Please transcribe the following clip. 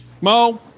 Mo